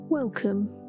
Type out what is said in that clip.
Welcome